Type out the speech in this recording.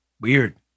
Weird